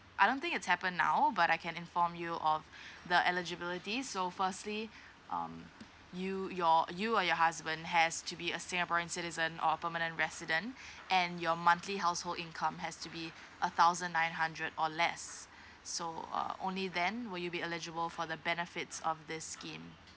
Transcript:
I don't think it's happen now but I can inform you of the eligibility so firstly um you your you or your husband has to be a singaporean citizen or permanent resident and your monthly household income has to be a thousand nine hundred or less so uh only then will you be eligible for the benefits of this scheme